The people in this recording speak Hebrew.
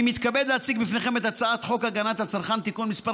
אני מתכבד להציג לפניכם את הצעת חוק הגנת הצרכן (תיקון מס'